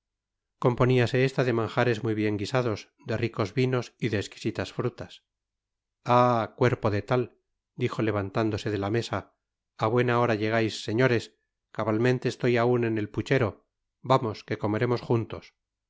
componíase esta de manjares muy bien guisados de ricos vinos y de esquisitas frutas n i ah cuerpo de tal dijo levantándose de la mesa á buena hora llegais señores cabalmente estoy aun en el puchero vamos que comeremos juntos